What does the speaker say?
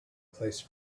place